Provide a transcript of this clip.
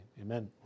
amen